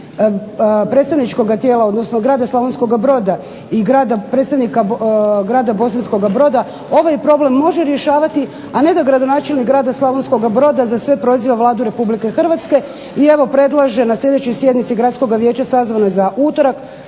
predstavničkoga tijela, odnosno grada Slavonskoga Broda i predstavnika grada Bosanskoga Broda ovaj problem može rješavati, a ne da gradonačelnik grada Slavonskoga Broda za sve proziva Vladu RH. I evo predlažem na sljedećoj sjednici Gradskoga vijeća sazvanoj u utorak